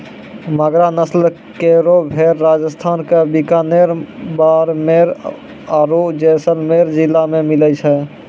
मगरा नस्ल केरो भेड़ राजस्थान क बीकानेर, बाड़मेर आरु जैसलमेर जिला मे मिलै छै